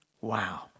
Wow